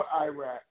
Iraq